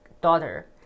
daughter